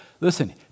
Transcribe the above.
listen